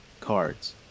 cards